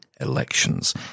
elections